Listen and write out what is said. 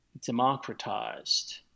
democratized